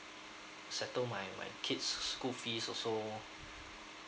settle my my kid's school fees also